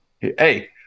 Hey